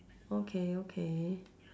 okay okay